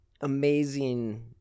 amazing